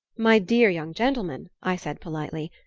my dear young gentleman, i said politely,